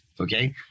Okay